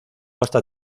hasta